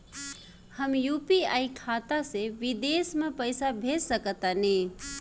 हम यू.पी.आई खाता से विदेश म पइसा भेज सक तानि?